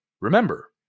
remember